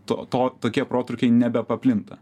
to to tokie protrūkiai nebepaplinta